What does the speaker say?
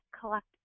collect